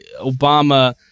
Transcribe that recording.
Obama